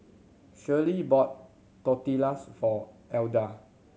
Shirley bought Tortillas for Edla